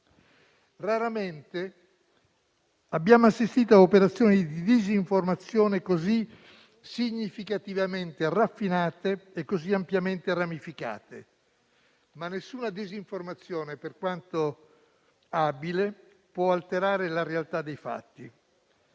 Raramente abbiamo assistito a operazioni di disinformazione così significativamente raffinate e così ampiamente ramificate. Ma nessuna disinformazione, per quanto abile, può alterare la realtà dei fatti: